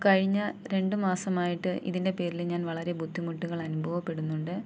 കഴിഞ്ഞ രണ്ടു മാസമായിട്ട് ഇതിൻ്റെ പേരിൽ ഞാൻ വളരെ ബുദ്ധിമുട്ടുകൾ അനുഭവപ്പെടുന്നുണ്ട്